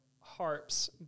harps